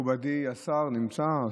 מכובדי השר נמצא?